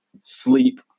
sleep